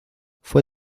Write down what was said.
fue